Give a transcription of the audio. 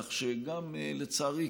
כך שגם לצערי,